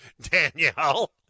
danielle